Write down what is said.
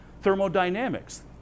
Thermodynamics